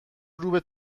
روبه